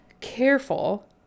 careful